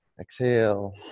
Exhale